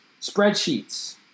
Spreadsheets